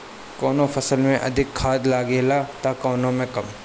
कवनो फसल में अधिका खाद लागेला त कवनो में कम